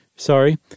Sorry